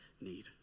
need